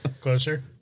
Closer